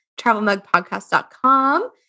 travelmugpodcast.com